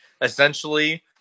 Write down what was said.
essentially